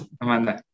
Amanda